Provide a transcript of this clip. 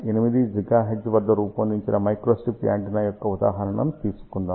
8 GHz వద్ద రూపొందించిన microstrip antenna యొక్క ఉదాహరణను తీసుకుందాం